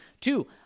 Two